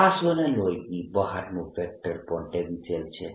આ સોલેનોઇડની બહારનું વેક્ટર પોટેન્શિયલ છે